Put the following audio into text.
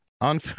on